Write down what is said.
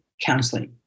counseling